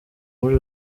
muri